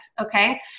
okay